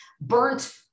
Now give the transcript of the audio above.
burnt